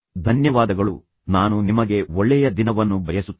ಧನ್ಯವಾದಗಳು ಮತ್ತು ನಂತರ ನಾನು ನಿಮಗೆ ಒಳ್ಳೆಯ ದಿನವನ್ನು ಬಯಸುತ್ತೇನೆ